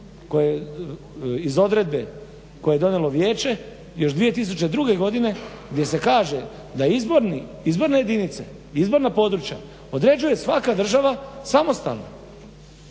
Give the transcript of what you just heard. iz odredbe koju je donijelo vijeće još 2002. godine gdje se kaže da izborne jedinice i izborna područja određuje svaka država samostalno.